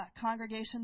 congregation